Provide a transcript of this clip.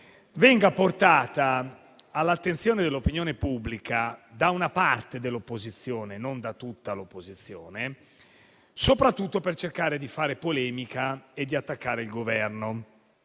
venga portata all'attenzione dell'opinione pubblica da una parte dell'opposizione - non da tutta l'opposizione - soprattutto per cercare di fare polemica e attaccare il Governo